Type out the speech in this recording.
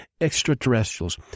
extraterrestrials